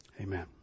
Amen